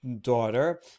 daughter